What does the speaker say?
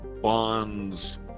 bonds